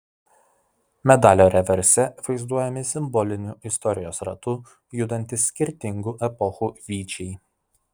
medalio reverse vaizduojami simboliniu istorijos ratu judantys skirtingų epochų vyčiai